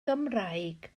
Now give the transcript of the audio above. gymraeg